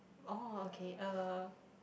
oh okay uh